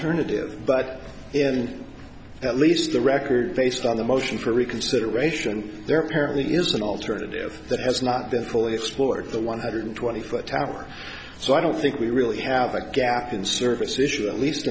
alternative but in at least the record based on the motion for reconsideration there apparently is an alternative that has not been fully explored the one hundred twenty foot tower so i don't think we really have a gap in service issue at least